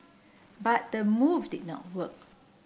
but the move did not work